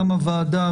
גם הוועדה,